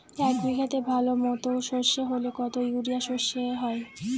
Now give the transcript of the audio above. এক বিঘাতে ভালো মতো সর্ষে হলে কত ইউরিয়া সর্ষে হয়?